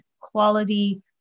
quality